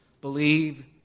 believe